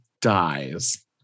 dies